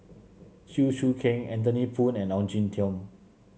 Chew Choo Keng Anthony Poon and Ong Jin Teong